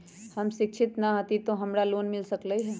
हम शिक्षित न हाति तयो हमरा लोन मिल सकलई ह?